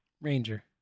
Ranger